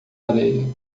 areia